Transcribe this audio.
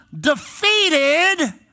defeated